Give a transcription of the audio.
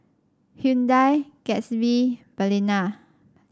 Hyundai Gatsby Balina